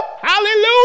Hallelujah